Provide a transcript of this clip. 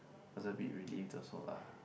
was a bit relieved also lah